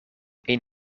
een